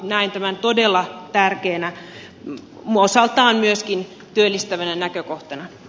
näen tämän todella tärkeänä osaltaan myöskin työllistävänä näkökohtana